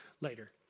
later